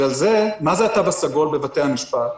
מה זה התו הסגול בבתי המשפט?